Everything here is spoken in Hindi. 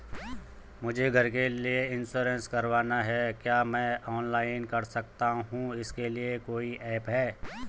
मुझे घर का इन्श्योरेंस करवाना है क्या मैं ऑनलाइन कर सकता हूँ इसके लिए कोई ऐप है?